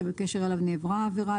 שבקשר אליו נעברה העבירה,